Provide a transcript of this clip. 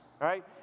right